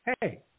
Hey